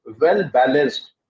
well-balanced